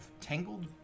tangled